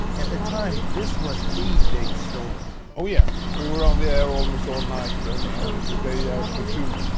at the time, this was the big story. oh yeah. we were on the air almost all night. and and the day after too.